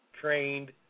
trained